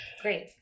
Great